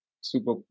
Super